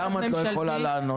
למה את לא יכולה לענות?